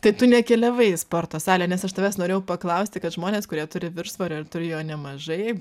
tai tu nekeliavai į sporto salę nes aš tavęs norėjau paklausti kad žmonės kurie turi viršsvorio turi jo nemažai